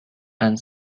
and